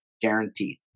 guaranteed